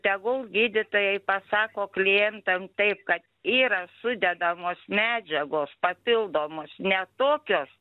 tegul gydytojai pasako klientam taip kad yra sudedamos medžiagos papildomos ne tokios